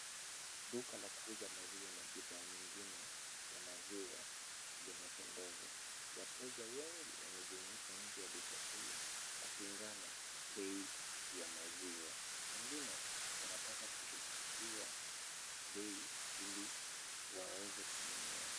Duka la kuuza maziwa na bidhaa nyingine za maziwa linapendeza. Wateja wengi wamesimama mbele ya duka hilo kupingana bei ya maziwa. Wengine wanataka kushukishiwa bei ili waweze kununua.